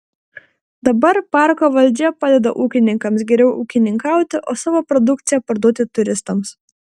dabar parko valdžia padeda ūkininkams geriau ūkininkauti o savo produkciją parduoti turistams